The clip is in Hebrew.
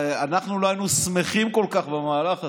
אנחנו לא היינו שמחים כל כך במהלך הזה.